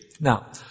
Now